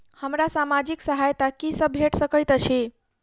हमरा सामाजिक सहायता की सब भेट सकैत अछि?